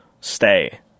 stay